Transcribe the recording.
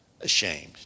ashamed